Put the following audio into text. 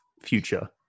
future